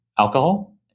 alcohol